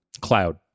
Cloud